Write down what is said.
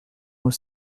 nous